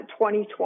2020